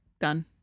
done